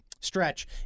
stretch